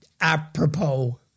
apropos